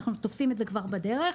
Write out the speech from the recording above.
אנחנו תופסים את זה כבר בדרך,